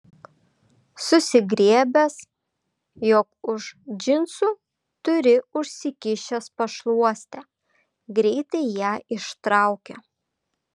susigriebęs jog už džinsų turi užsikišęs pašluostę greitai ją ištraukė